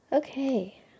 Okay